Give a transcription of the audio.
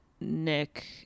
Nick